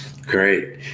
great